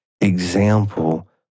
example